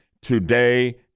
Today